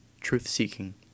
Truth-seeking